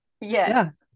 yes